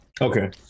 Okay